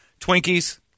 Twinkies